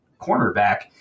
cornerback